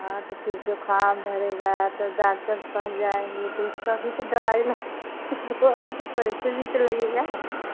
हाँ तो ठीक है खाद धरेगा तो डॉक्टर के पास जाऍंगे तो उसका भी दवाई दवाई के पैसा भी तो लगेगा